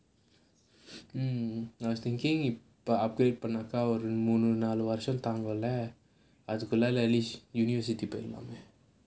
mm I was thinking if இப்போ:ippo upgrade பண்ணாக்கா ஒரு மூணு நாலு வருஷம் தாங்கும்ல அதுக்குள்ளால:pannaakka oru moonu naalu varusham thaangumla adhukulla university போய்டலாமே:poyidalaamae